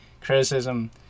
criticism